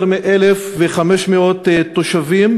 יותר מ-1,500 תושבים.